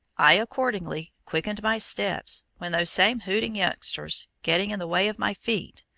i accordingly quickened my steps when those same hooting youngsters getting in the way of my feet,